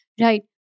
right